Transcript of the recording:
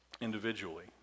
individually